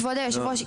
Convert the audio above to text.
כבוד יושב הראש,